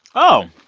oh,